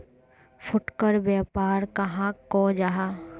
फुटकर व्यापार कहाक को जाहा?